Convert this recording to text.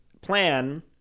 plan